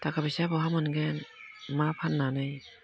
थाखा फैसा बहा मोनगोन मा फाननानै